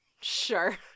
Sure